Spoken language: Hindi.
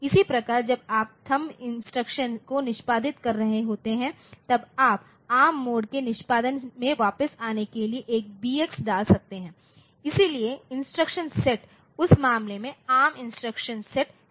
इसी प्रकार जब आप थम्प इंस्ट्रक्शन को निष्पादित कर रहे होते हैं तो आप एआरएम मोड के निष्पादन में वापस आने के लिए एक बीएक्स डाल सकते हैं इसलिए इंस्ट्रक्शन सेट उस मामले में एआरएम इंस्ट्रक्शन सेट है